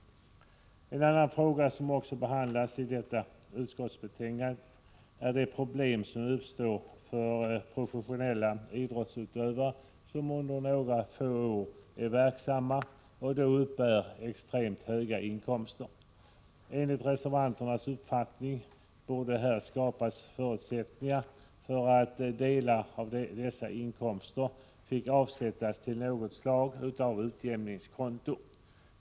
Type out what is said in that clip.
En annan fråga som också behandlas i detta skatteutskottets betänkande gäller de problem som uppstår för professionella idrottsutövare vilka under några få år är verksamma och då uppbär extremt höga inkomster. Enligt reservanternas uppfattning borde här skapas förutsättningar för att delar av dessa inkomster får avsättas till något slag av utjämningskonto.